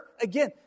again